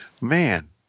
Man